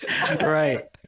right